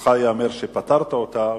ולזכותך ייאמר שפתרת אותה,